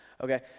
Okay